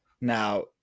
now